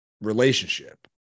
relationship